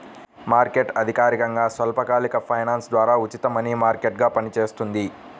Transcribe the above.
market అధికారికంగా స్వల్పకాలిక finance ద్వారా ఉచిత మనీ మార్కెట్గా పనిచేస్తుంది